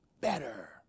better